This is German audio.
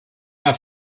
war